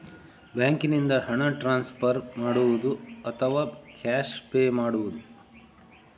ಬ್ಯಾಂಕಿನಿಂದ ಹಣ ಟ್ರಾನ್ಸ್ಫರ್ ಮಾಡುವುದ ಅಥವಾ ಕ್ಯಾಶ್ ಪೇ ಮಾಡುವುದು?